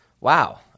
Wow